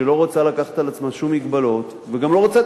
שלא רוצה לקחת על עצמה שום מגבלות וגם לא רוצה את